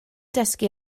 dysgu